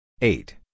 eight